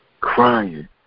crying